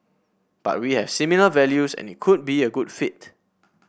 but we have similar values and it could be a good fit